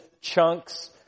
chunks